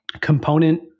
component